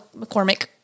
McCormick